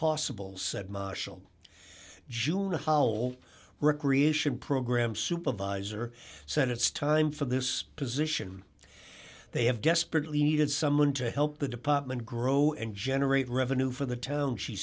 possible said marshall june recreation program supervisor said it's time for this position they have desperately needed someone to help the department grow and generate revenue for the town she